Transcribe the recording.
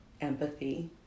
empathy